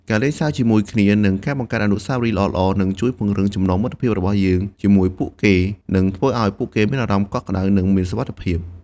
ការសើចលេងជាមួយគ្នា និងការបង្កើតអនុស្សាវរីយ៍ល្អៗ នឹងជួយពង្រឹងចំណងមិត្តភាពរបស់យើងជាមួយពួកគេ និងធ្វើឱ្យពួកគេមានអារម្មណ៍កក់ក្តៅ និងមានសុវត្ថិភាព។